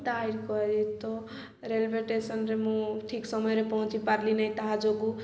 ତାୟି କରି ତ ରେଲୱେ ଷ୍ଟେସନ୍ରେ ମୁଁ ଠିକ୍ ସମୟରେ ପହଞ୍ଚି ପାରିଲି ନାହିଁ ତାହା ଯୋଗୁଁ